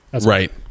Right